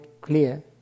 clear